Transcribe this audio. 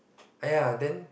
!aiya! then